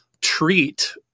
treat